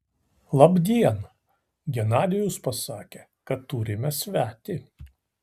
labdien genadijus pasakė kad turime svetį